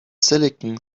silicon